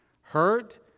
hurt